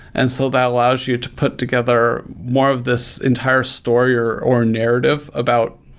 and so that allows you to put together more of this entire story or or narrative about,